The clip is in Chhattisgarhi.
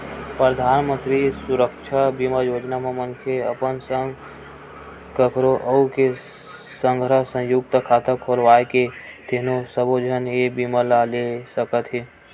परधानमंतरी सुरक्छा बीमा योजना म मनखे अपन संग कखरो अउ के संघरा संयुक्त खाता खोलवाए हे तेनो सब्बो झन ए बीमा ल ले सकत हे